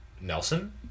Nelson